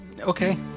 Okay